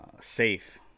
safe